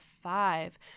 five